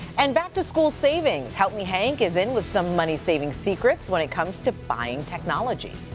and back to school savings, help me hank is in with some money saving secrets. when it comes to buying technology.